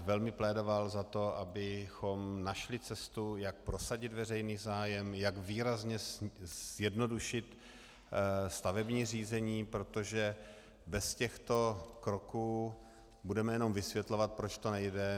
Velmi bych plédoval za to, abychom našli cestu, jak prosadit veřejný zájem, jak výrazně zjednodušit stavební řízení, protože bez těchto kroků budeme jenom vysvětlovat, proč to nejde.